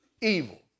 evil